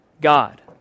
God